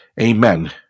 Amen